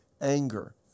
anger